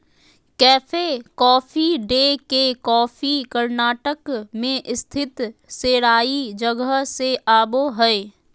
cafe Coffee Day के coffee Karnataka मे स्थित सेराई जगह से आवो हय